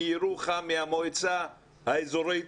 מירוחם מהמועצה האזורית,